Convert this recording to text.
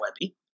Webby